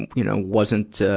and you know, wasn't, ah,